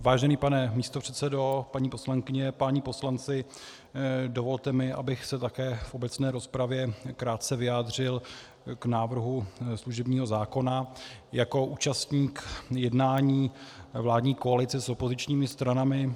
Vážený pane místopředsedo, paní poslankyně, páni poslanci, dovolte mi, abych se také v obecné rozpravě krátce vyjádřil k návrhu služebního zákona jako účastník jednání vládní koalice s opozičními stranami.